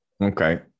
Okay